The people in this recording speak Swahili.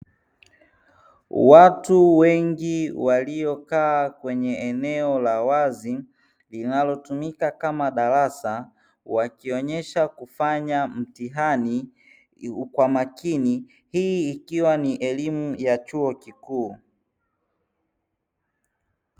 Watu wengi waliokaa kwenye eneo la wazi linalotumika kama darasa wakionyesha kufanya mtihani kwa makini, hii ikiwa ni elimu ya chuo kikuu.